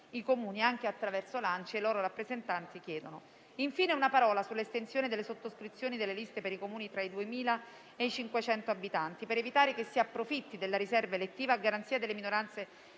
Comuni italiani (ANCI) e i loro rappresentanti, chiedono. Aggiungo infine una parola sull'estensione delle sottoscrizioni delle liste per i Comuni tra i 2.000 e i 500 abitanti, per evitare che si approfitti della riserva elettiva a garanzia delle minoranze,